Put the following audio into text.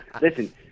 Listen